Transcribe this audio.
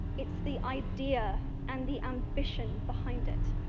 it's the idea and the ambition behind it.